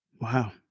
Wow